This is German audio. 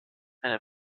eine